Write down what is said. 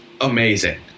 amazing